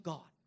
God